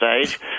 stage